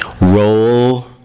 roll